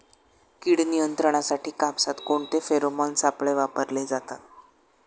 कीड नियंत्रणासाठी कापसात कोणते फेरोमोन सापळे वापरले जातात?